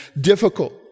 difficult